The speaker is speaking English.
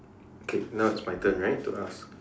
okay now it's my turn right to ask